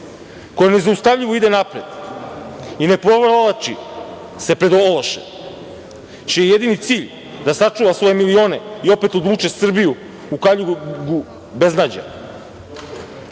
koja nezaustavljivo ide napred i ne povlači se pred ološem čiji je jedini cilj da sačuva svoje milione i opet odvuče Srbiju u kaljugu beznađa.O